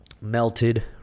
Melted